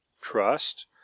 trust